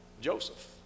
Joseph